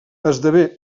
esdevé